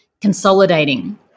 consolidating